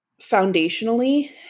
foundationally